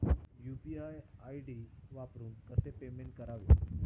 UPI ID वापरून कसे payment करावे?